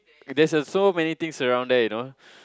there's a so many things around there you know